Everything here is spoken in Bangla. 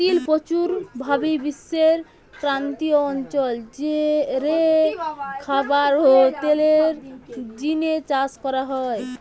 তিল প্রচুর ভাবি বিশ্বের ক্রান্তীয় অঞ্চল রে খাবার ও তেলের জিনে চাষ করা হয়